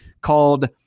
called